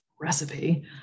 recipe